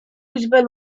liczbę